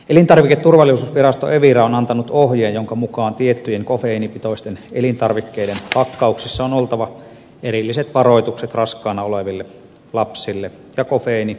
elintarviketurvallisuusvirasto evira on antanut ohjeen jonka mukaan tiettyjen kofeiinipitoisten elintarvikkeiden pakkauksissa on oltava erilliset varoitukset raskaana oleville lapsille ja kofeiiniherkille kuluttajille